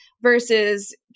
versus